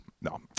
no